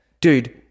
Dude